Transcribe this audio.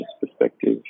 perspective